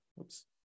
Oops